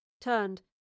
turned